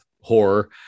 horror